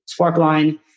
Sparkline